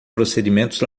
procedimentos